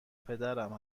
پدرم